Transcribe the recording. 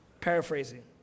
Paraphrasing